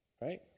right